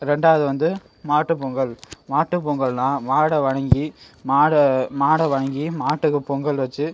ரெண்டாவது வந்து மாட்டு பொங்கல் மாட்டு பொங்கல்னா மாடை வணங்கி மாடை மாடை வணங்கி மாட்டுக்கு பொங்கல் வச்சு